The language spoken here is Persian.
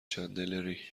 چندلری